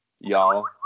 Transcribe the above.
Y'all